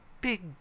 big